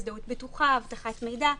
הזדהות בטוחה ואבטחת מידע.